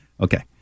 Okay